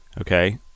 Okay